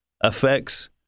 affects